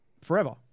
forever